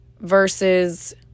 versus